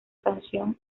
canción